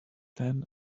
ten